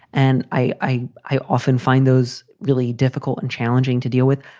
and i, i i often find those really difficult and challenging to deal with.